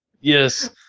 Yes